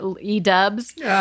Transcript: e-dubs